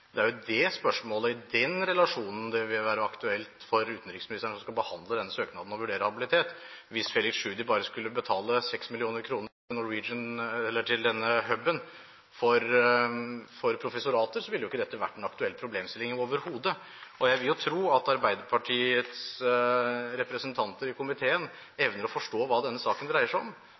Det er jo det spørsmålet i den relasjonen det ville være aktuelt for utenriksministeren å behandle denne søknaden og vurdere habilitet. Hvis Felix Tschudi bare skulle betale 6 mill. kr til denne hub-en for professorater, ville jo ikke dette overhodet vært en aktuell problemstilling. Jeg vil jo tro at Arbeiderpartiets representanter i komiteen evner å forstå hva denne saken dreier seg om.